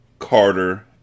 Carter